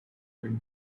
wind